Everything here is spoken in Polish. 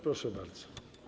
Proszę bardzo.